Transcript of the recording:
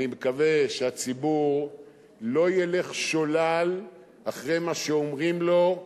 אני מקווה שהציבור לא ילך שולל אחרי מה שאומרים לו,